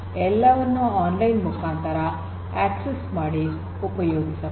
ಎಲ್ಲವನ್ನೂ ಆನ್ಲೈನ್ ಮುಖಾಂತರ ಆಕ್ಸೆಸ್ ಮಾಡಬಹುದು